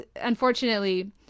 unfortunately